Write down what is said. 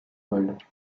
vols